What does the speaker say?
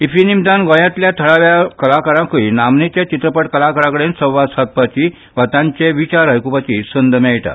इफ्फी निमतान गोंयांतल्या थळाव्या कलाकारांकय नामनेच्या चित्रपट कलाकारा कडेन संवाद सादपाची वा तांचे विचार आयकुपाची संद मेळटा